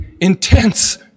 intense